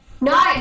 No